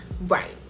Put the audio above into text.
right